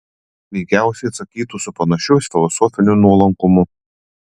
veikiausiai atsakytų su panašiu filosofiniu nuolankumu